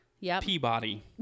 peabody